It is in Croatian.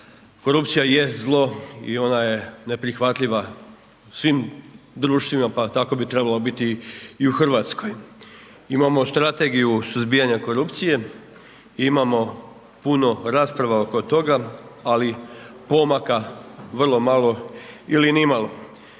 korupcija je zlo i ona je neprihvatljiva u svim društvima, pa tako bi trebala biti i u Hrvatskoj. Imamo strategiju suzbijanja korupcije i imamo puno rasprava oko toga, ali pomaka vrlo malo ili ni malo.